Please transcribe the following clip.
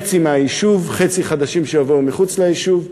חצי מהיישוב, חצי חדשים, שיבואו מחוץ ליישוב,